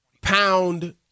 pound